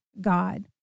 God